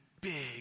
big